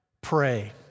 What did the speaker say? pray